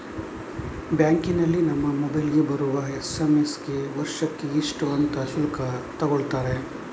ಬ್ಯಾಂಕಿನಲ್ಲಿ ನಮ್ಮ ಮೊಬೈಲಿಗೆ ಬರುವ ಎಸ್.ಎಂ.ಎಸ್ ಗೆ ವರ್ಷಕ್ಕೆ ಇಷ್ಟು ಅಂತ ಶುಲ್ಕ ತಗೊಳ್ತಾರೆ